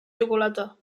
xocolata